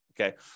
okay